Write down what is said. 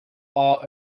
are